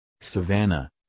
savannah